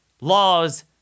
laws